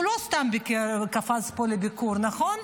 הוא לא סתם קפץ לפה לביקור, נכון?